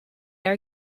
are